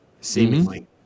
seemingly